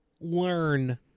learn